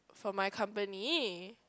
for my company